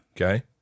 Okay